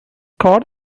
card